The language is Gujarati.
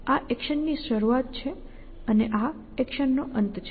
અહીં આ એક્શનની શરૂઆત છે અને આ એક્શનનો અંત છે